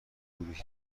گروهی